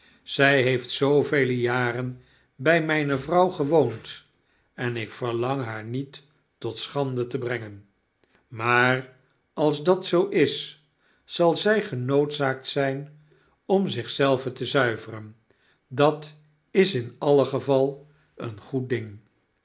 zij heeft zoovele jaren bij mijne vrouw gewoond en ik verlang haar niet tot schande te brengen maar als dat zoo is zal zij genoodzaakt zijn om zich zelve te zuiveren dat is in alien geval een goed ding